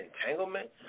entanglement